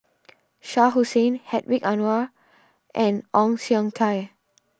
Shah Hussain Hedwig Anuar and Ong Siong Kai